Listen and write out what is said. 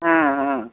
हाँ हाँ